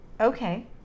okay